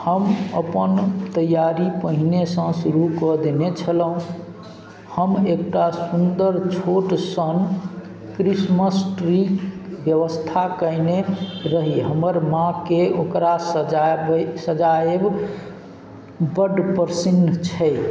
हम अपन तैआरी पहिनहिसँ शुरू कऽ देने छलहुँ हम एकटा सुन्दर छोटसन क्रिसमस ट्रीके बेबस्था कएने रही हमर माँकेँ ओकरा सजाबै सजाएब बड्ड पसिन्न छै